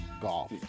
golf